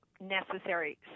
necessary